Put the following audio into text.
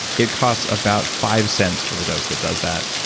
it costs about five cents for the dose that does that.